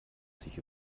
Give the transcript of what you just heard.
sich